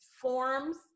forms